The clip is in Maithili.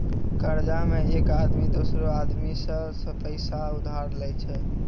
कर्जा मे एक आदमी दोसरो आदमी सं पैसा उधार लेय छै